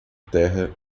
terra